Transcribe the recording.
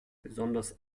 besonders